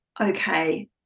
okay